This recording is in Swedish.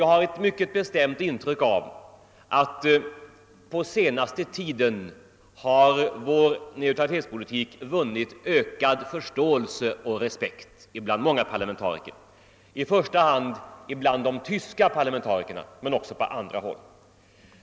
Jag har ett mycket bestämt intryck av att vår neutralitetspolitik på sista tiden har vunnit ökad förståelse och respekt bland många parlamentariker, i första hand bland de tyska parlamentarikerna, men också på andra håll.